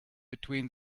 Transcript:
between